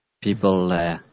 people